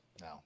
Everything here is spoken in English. No